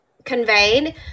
conveyed